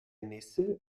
nässe